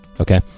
Okay